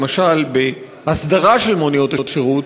למשל בהסדרה של מוניות השירות,